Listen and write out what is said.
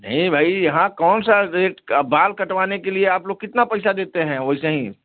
नहीं भाई यहाँ कौन सा रेट बाल कटवाने के लिए आप लोग कितना पैसा देते हैं वैसे ही